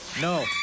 No